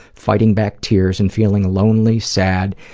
fighting back tears and feeling lonely, sad,